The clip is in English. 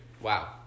Wow